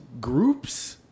groups